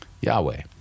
Yahweh